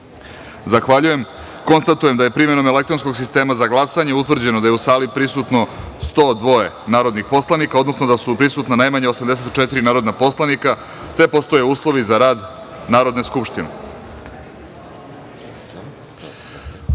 jedinice. Zahvaljujem. Konstatujem da je primenom elektronskog sistema za glasanje utvrđeno da je u sali prisutno 102 narodnih poslanika, odnosno da su prisutna najmanje 84 poslanika i da postoje uslovi za rad Narodne skupštine. Prelazimo